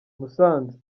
musanze